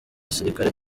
gisirikare